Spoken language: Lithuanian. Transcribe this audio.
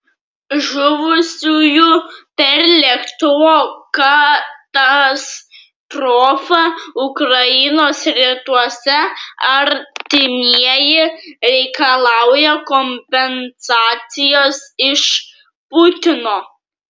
žuvusiųjų per lėktuvo katastrofą ukrainos rytuose artimieji reikalauja kompensacijos iš putino